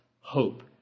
Hope